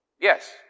Yes